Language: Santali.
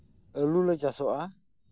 ᱟᱹᱞᱩ ᱞᱮ ᱪᱟᱥᱚᱜᱼᱟ